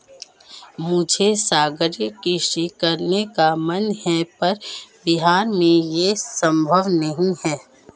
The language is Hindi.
मुझे सागरीय कृषि करने का मन है पर बिहार में ये संभव नहीं है